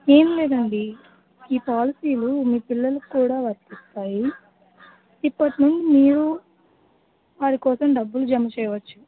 ఏంలేదు అండి ఈ పోలాసీలు మీ పిల్లలకి కూడా వర్తిస్తాయి ఇప్పటి నుండి మీరు వాళ్ళకోసం డబ్బులు జమచేయవచ్చు